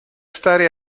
stare